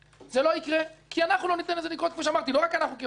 זה לא יקרה כי אנחנו לא ניתן לזה לקרות - לא רק אנחנו כבית יהודי,